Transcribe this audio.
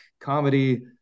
comedy